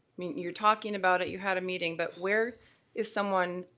mean, you're talking about it, you had a meeting, but where is someone,